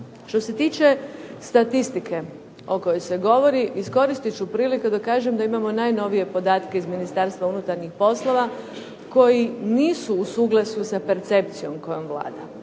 Što se tiče statistike o kojoj se govori iskoristit ću priliku da imamo najnovije podatke iz Ministarstva unutarnjih poslova, koji nisu u suglasju sa percepcijom koja vlada.